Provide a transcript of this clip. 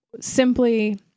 Simply